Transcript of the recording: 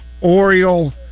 Oriole